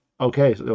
okay